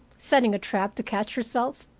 setting a trap to catch yourself.